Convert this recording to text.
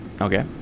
Okay